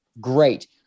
Great